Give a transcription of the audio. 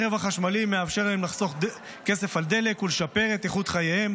הרכב החשמלי מאפשר להם לחסוך כסף על דלק ולשפר את איכות חייהם,